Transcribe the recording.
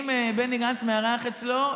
שאם בני גנץ מארח אצלו,